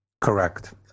Correct